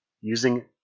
using